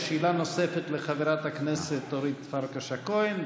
יש שאלה נוספת לחברת הכנסת אורית פרקש הכהן,